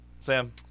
Sam